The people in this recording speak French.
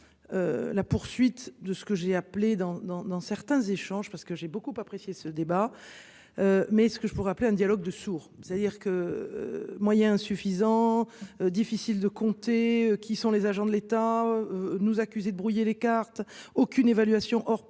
La poursuite de ce que j'ai appelé dans dans dans certains échanges parce que j'ai beaucoup apprécié ce débat. Mais ce que je pourrais appeler un dialogue de sourds. C'est-à-dire que moyens insuffisants. Difficile de compter. Qui sont les agents de l'État. Nous accuser de brouiller les cartes. Aucune évaluation or poste